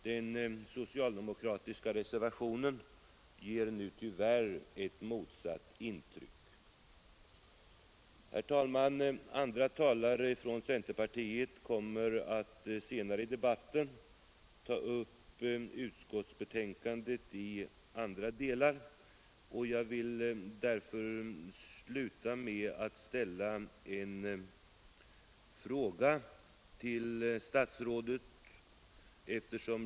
Den socialdemokratiska reservationen ger. tyvärr ett motsatt intryck. Herr talman! Andra talare från centerpartiet kommer senare under debatten att ta upp övriga delar i utskottsbetänkandet, och jag vill därför nu sluta med att ställa en fråga till statsrådet.